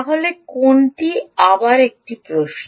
তাহলে কোনটি আবার একটি প্রশ্ন